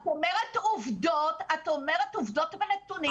את אומרת עובדות ונתונים שאינם נכונים.